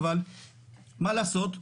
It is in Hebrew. מה לעשות,